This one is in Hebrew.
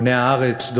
בוני הארץ?